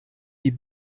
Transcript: die